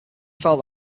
felt